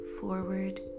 forward